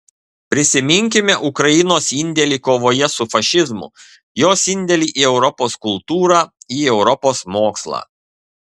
prisiminkime ukrainos indėlį kovoje su fašizmu jos indėlį į europos kultūrą į europos mokslą